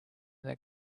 that